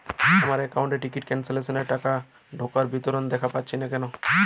আমার একাউন্ট এ ticket cancellation এর টাকা ঢোকার বিবরণ দেখতে পাচ্ছি না কেন?